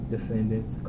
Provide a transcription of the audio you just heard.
Defendants